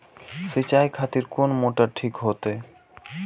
सीचाई खातिर कोन मोटर ठीक होते?